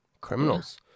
criminals